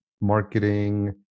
marketing